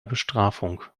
bestrafung